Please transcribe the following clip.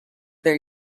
their